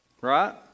Right